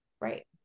Right